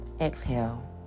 Exhale